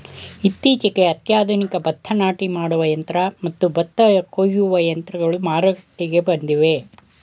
ಇತ್ತೀಚೆಗೆ ಅತ್ಯಾಧುನಿಕ ಭತ್ತ ನಾಟಿ ಮಾಡುವ ಯಂತ್ರ ಮತ್ತು ಭತ್ತ ಕೊಯ್ಯುವ ಯಂತ್ರಗಳು ಮಾರುಕಟ್ಟೆಗೆ ಬಂದಿವೆ